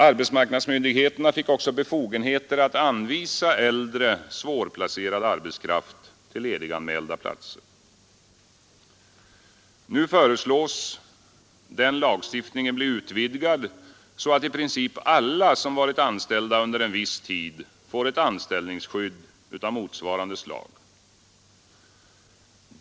Arbetsmarknadsmyndigheterna fick också befogenheter att anvisa äldre, svårplacerad arbetskraft till lediganmälda platser. Nu föreslås den lagstiftningen bli utvidgad så att i princip alla som varit anställda under en viss tid får ett anställningsskydd av motsvarande slag.